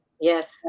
Yes